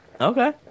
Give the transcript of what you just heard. Okay